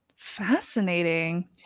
fascinating